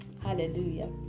Hallelujah